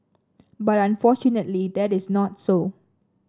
but unfortunately that is not so